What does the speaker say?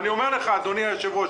אדוני היושב ראש,